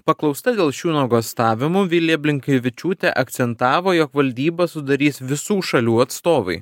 paklausta dėl šių nuogąstavimų vilija blinkevičiūtė akcentavo jog valdybą sudarys visų šalių atstovai